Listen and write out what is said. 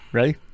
Ready